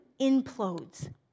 implodes